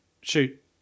shoot